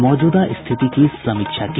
मौजूदा स्थिति की समीक्षा की